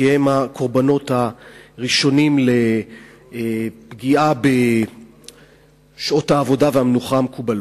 כי הם הקורבנות הראשונים של פגיעה בשעות העבודה והמנוחה המקובלות.